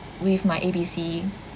with my A B C